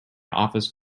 office